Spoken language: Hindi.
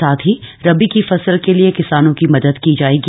साथ ही रबी की फसल के लिए किसानों की मदद की जाएगी